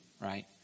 right